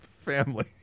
family